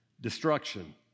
destruction